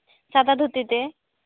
ᱥᱟᱫᱟ ᱫᱷᱩᱛᱤ ᱛᱮ